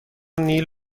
نیل